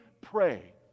pray